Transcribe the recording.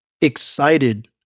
excited